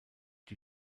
die